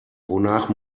wonach